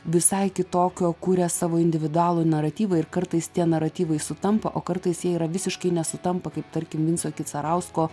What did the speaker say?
visai kitokio kuria savo individualų naratyvą ir kartais tie naratyvai sutampa o kartais jie yra visiškai nesutampa kaip tarkim vinco kicarausko